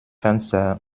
fenster